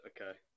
Okay